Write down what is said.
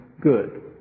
good